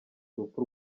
urupfu